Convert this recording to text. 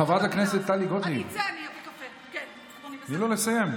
חברת הכנסת טלי גוטליב, תני לו לסיים.